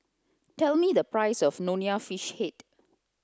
tell me the price of Nonya fish head